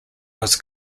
was